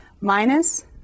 Minus